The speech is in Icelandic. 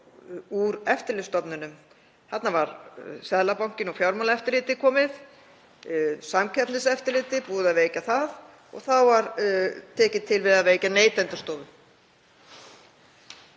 úr eftirlitsstofnunum. Þarna var Seðlabankinn og Fjármálaeftirlitið komið. Samkeppniseftirlitið, búið að veikja það. Og þá var tekið til við að veikja Neytendastofu.